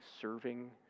serving